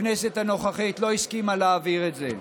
הכנסת הנוכחית לא הסכימה להעביר אותו.